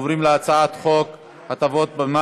בעד 22, אין מתנגדים, אין נמנעים.